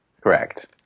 Correct